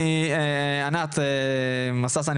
ענת מססה קינן,